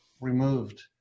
removed